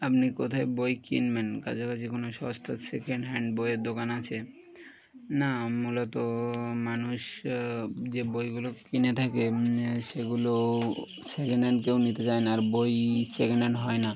আপনি কোথায় বই কিনবেন কাছাকাছি কোনো সস্তা সেকেন্ড হ্যান্ড বইয়ের দোকান আছে না মূলত মানুষ যে বইগুলো কিনে থাকে সেগুলো সেকেন্ড হ্যান্ড কেউ নিতে চায় না আর বই সেকেন্ড হ্যান্ড হয় না